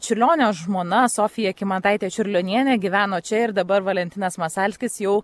čiurlionio žmona sofija kymantaitė čiurlionienė gyveno čia ir dabar valentinas masalskis jau